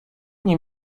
nie